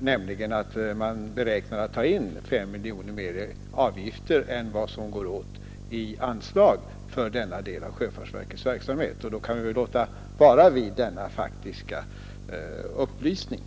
nämligen att man beräknar ta in 5 miljoner mer i avgifter än vad som går åt i anslag för denna del av sjöfartsverkets verksamhet. Då kan vi väl låta vara vid denna faktiska upplysning.